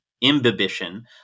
imbibition